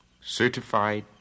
certified